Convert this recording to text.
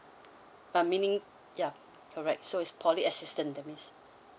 but meaning ya correct so is poly assistance that means